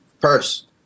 purse